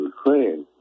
Ukraine